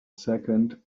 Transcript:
second